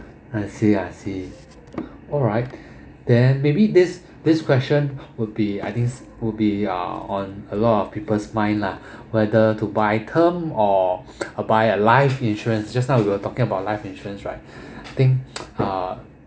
I see I see alright then maybe this this question would be I think would be uh on a lot of people's mind lah whether to buy term or uh by a life insurance just now we were talking about life insurance right I think uh